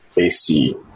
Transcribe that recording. AC